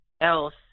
else